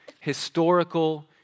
historical